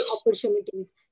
opportunities